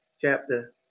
chapter